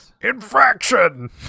infraction